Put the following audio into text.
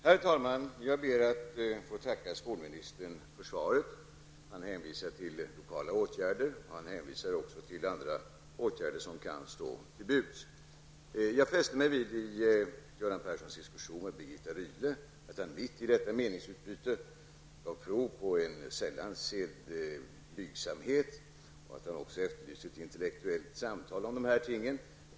Herr talman! Jag ber att få tacka skolministern för svaret. Han hänvisar till lokala åtgärder och även till andra åtgärder som kan stå till buds. I Göran Perssons diskussion med Birgitta Rydle fäste jag mig vid att han mitt i detta meningsutbyte gav prov på en sällan sedd blygsamhet, och att han också efterlyste ett intellektuellt samtal om dessa ting.